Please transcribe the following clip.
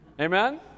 amen